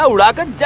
so lochan,